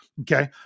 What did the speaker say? Okay